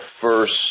first